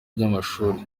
by’amashuri